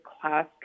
class